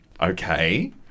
Okay